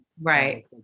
Right